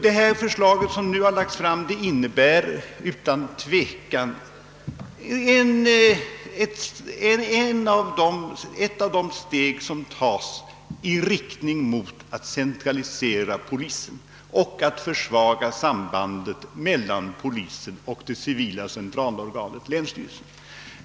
Det förslag som nu lagts fram skulle utan tvivel innebära ett steg i riktning mot en centralisering av polisen och en försvagning av sambandet mellan polisen och det centrala civila organet, länsstyrelsen.